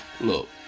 look